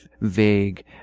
vague